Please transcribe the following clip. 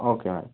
okay madam